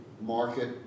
market